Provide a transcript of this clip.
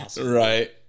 right